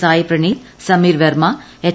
Sai Praneeth Sameer Verma H